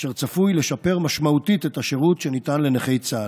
אשר צפוי לשפר משמעותית את השירות שניתן לנכי צה"ל.